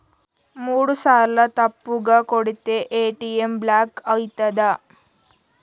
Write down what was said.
మూడుసార్ల తప్పుగా కొడితే ఏ.టి.ఎమ్ బ్లాక్ ఐతదా?